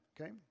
okay